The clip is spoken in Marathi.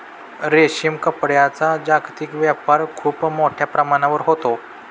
रेशीम कापडाचा जागतिक व्यापार खूप मोठ्या प्रमाणावर होतो